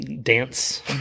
dance